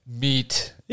Meet